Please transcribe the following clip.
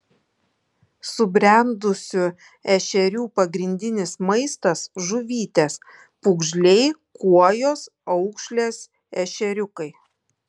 subrendusių ešerių pagrindinis maistas žuvytės pūgžliai kuojos aukšlės ešeriukai